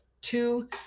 two